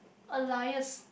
alliance